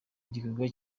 igikorwa